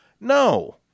No